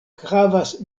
havas